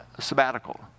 sabbatical